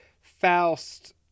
Faust